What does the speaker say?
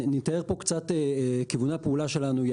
אני אתאר פה קצת כיווני פעולה שלנו,